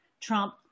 Trump